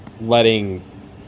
letting